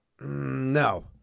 No